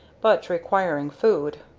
but requiring food.